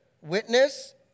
Witness